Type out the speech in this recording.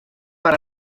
per